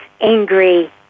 angry